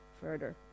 further